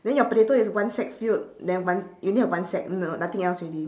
then your potato is one sack filled then one you only have one sack mm got nothing else already